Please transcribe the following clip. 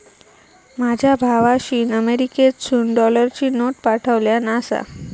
माझ्या भावाशीन अमेरिकेतसून डॉलरची नोट पाठवल्यान आसा